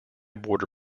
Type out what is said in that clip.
border